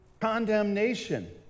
condemnation